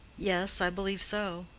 yes, i believe so.